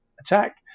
attack